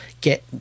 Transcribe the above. get